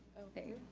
okay,